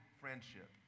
friendship